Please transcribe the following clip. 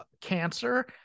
cancer